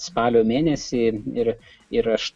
spalio mėnesį ir ir aš